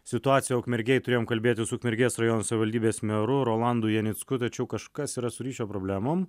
situaciją ukmergėj turėjom kalbėtis su ukmergės rajono savivaldybės meru rolandu janicku tačiau kažkas yra su ryšio problemom